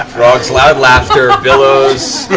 grog's loud laughter bellows,